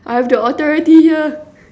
I have the authority here